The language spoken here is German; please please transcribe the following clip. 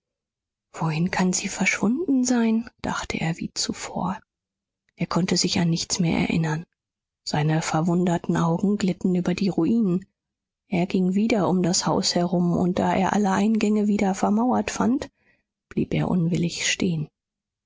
wohin kann sie verschwunden sein dachte er wie zuvor er konnte sich an nichts mehr erinnern seine verwunderten augen glitten über die ruinen er ging wieder um das haus herum und da er alle eingänge wieder vermauert fand blieb er unwillig stehen